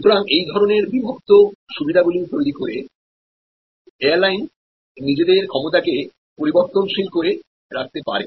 সুতরাং এই ধরনের বিভক্ত সুবিধাগুলি তৈরি করে এয়ারলাইনস নিজেদের ক্ষমতাকে পরিবর্তনশীল করে রাখতে পারে